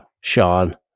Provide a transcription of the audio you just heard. Sean